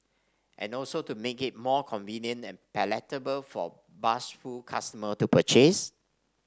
and also to make it more convenient and palatable for bashful customer to purchase